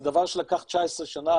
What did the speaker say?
זה דבר שלקח 19 שנה,